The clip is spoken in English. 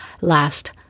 Last